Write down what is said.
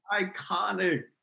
iconic